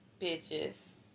bitches